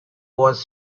was